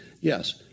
Yes